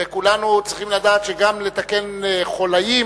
וכולנו צריכים לדעת שגם לתקן חוליים